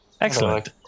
Excellent